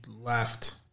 left